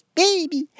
baby